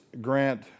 Grant